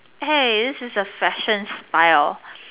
hey this is a fashion's file